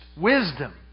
wisdom